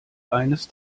eines